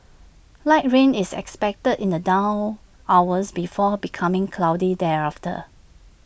light rain is expected in the dawn hours before becoming cloudy thereafter